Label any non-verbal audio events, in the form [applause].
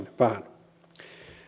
vähän [unintelligible]